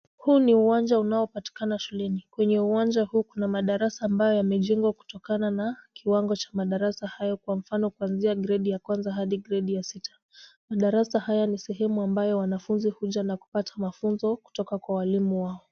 Huu ni uwanja unaopatikana shuleni. Kwenye uwanja huu kuna madarasa ambayo yamejengwa kutokana na kiwango cha madarasa hayo kwa mfano kuanzia gredi ya kwanza hadi gredi ya sita. Madarasa haya ni sehemu ambayo wanafunzi hukuja na kupata mafunzo kutoka kwa walimu wao.